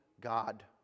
God